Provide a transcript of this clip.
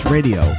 Radio